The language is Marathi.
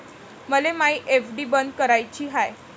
मले मायी एफ.डी बंद कराची हाय